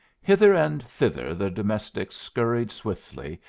hither and thither the domestics scurried swiftly,